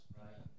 right